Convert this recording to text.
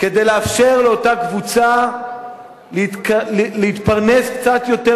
כדי לאפשר לאותה קבוצה להתפרנס קצת יותר